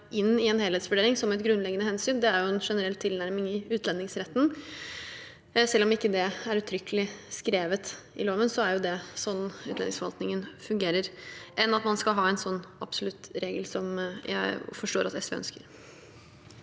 inn i en helhetsvurdering som et grunnleggende hensyn – det er en generell tilnærming i utlendingsretten, og selv om det ikke er uttrykkelig skrevet i loven, er det slik utlendingsforvaltningen fungerer – heller enn at man skal ha en slik absolutt regel, som jeg forstår at SV ønsker.